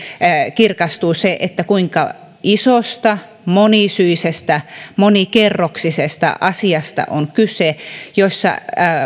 kirkastuu se kuinka isosta monisyisestä monikerroksisesta asiasta on kyse jossa